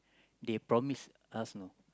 they promised us know